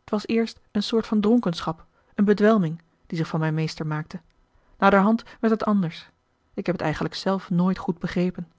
het was eerst een soort van dronkenschap een bedwelming die zich van mij meester maakte naderhand werd het anders ik heb het eigenlijk zelf nooit goed begrepen